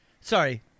sorry